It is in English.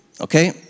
Okay